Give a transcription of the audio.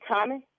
Tommy